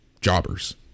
jobbers